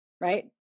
right